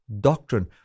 doctrine